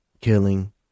killing